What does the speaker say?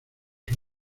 sus